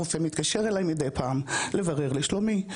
הרופא מתקשר אלי מדי פעם לברר לשלומי,